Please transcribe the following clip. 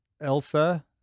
Elsa